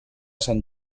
sant